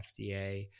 FDA